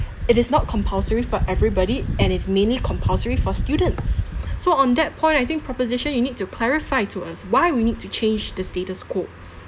it is not compulsory for everybody and it's mainly compulsory for students so on that point I think proposition you need to clarify to us why we need to change the status quo